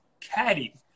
caddy